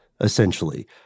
essentially